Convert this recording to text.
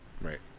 Right